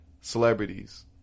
celebrities